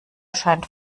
scheint